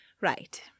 Right